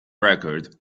record